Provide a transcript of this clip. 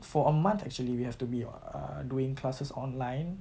for a month actually we have to be uh doing classes online